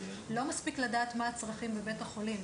לא מספיק לדעת מה הצרכים בבית החולים,